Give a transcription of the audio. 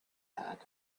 had